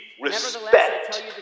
respect